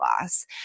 loss